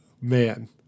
man